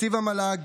בתקציב המל"ג,